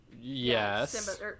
Yes